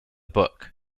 book